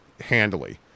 handily